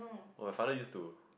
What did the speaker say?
oh I started used to